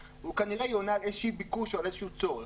וכנראה היא עונה על איזשהו ביקוש או על איזשהו צורך.